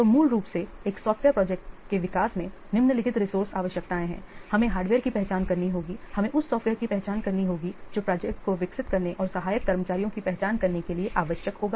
तो मूल रूप से एक सॉफ्टवेयर प्रोजेक्ट के विकास में निम्नलिखित रिसोर्से आवश्यकताएं हैं हमें हार्डवेयर की पहचान करनी होगी हमें उस सॉफ़्टवेयर की पहचान करनी होगी जो प्रोजेक्ट को विकसित करने और सहायक कर्मचारियों की पहचान करने के लिए आवश्यक होगा